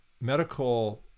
medical